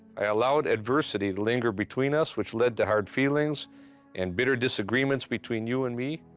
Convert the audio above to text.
i allowed adversity linger between us, which led to hard feelings and bitter disagreements between you and me.